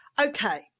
Okay